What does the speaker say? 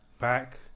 back